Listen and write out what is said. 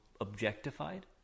objectified